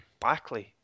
Backley